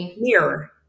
mirror